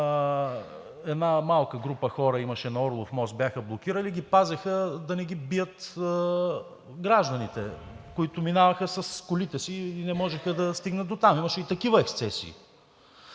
една малка група хора имаше на Орлов мост, бяха блокирали – ги пазеха да не ги бият гражданите, които минаваха с колите си и не можеха да стигнат дотам. Имаше и такива ексцесии.